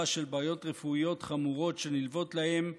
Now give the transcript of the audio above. של בעיות רפואיות חמורות שנלוות להם,